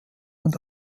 und